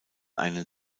einen